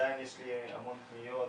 עדיין יש אליי המון פניות.